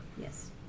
Yes